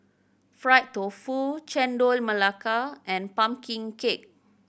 fried tofu Chendol Melaka and pumpkin cake